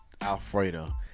Alfredo